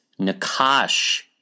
Nakash